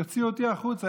יוציאו אותי החוצה.